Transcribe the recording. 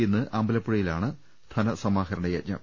ഇന്ന് അമ്പലപ്പുഴയി ലാണ് ധനസമാഹരണ യജ്ഞം